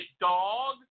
dog